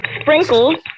Sprinkles